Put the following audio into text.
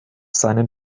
seinen